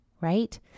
right